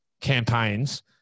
campaigns